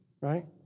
right